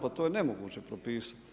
Pa to je nemoguće potpisati.